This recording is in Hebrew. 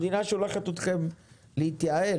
המדינה שולחת אתכם להתייעל,